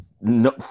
No